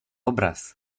obraz